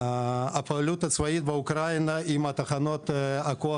והפעילות הצבאית באוקראינה עם תחנות הכוח